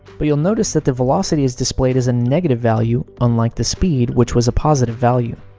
but you'll notice that the velocity is displayed as a negative value, unlike the speed, which was a positive value.